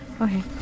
Okay